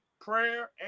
prayer